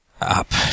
up